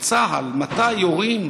בצה"ל מתי יורים